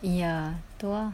ya tu ah